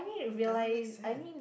doesn't make sense